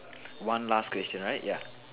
one last question right ya